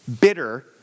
bitter